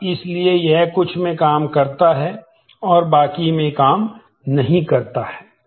और इसलिए यह कुछ में काम करता है और बाकी में काम नहीं करता है